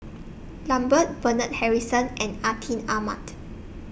Lambert Bernard Harrison and Atin Amat